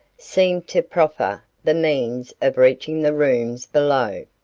seemed to proffer the means of reaching the rooms below,